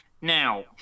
Now